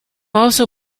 also